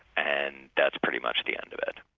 and that's pretty much the end of it.